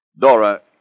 Dora